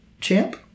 Champ